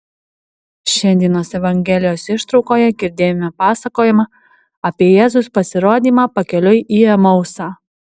šiandienos evangelijos ištraukoje girdėjome pasakojimą apie jėzaus pasirodymą pakeliui į emausą